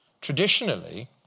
Traditionally